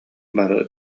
бары